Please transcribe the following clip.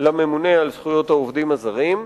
אל הממונה על זכויות העובדים הזרים,